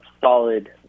solid